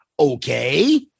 Okay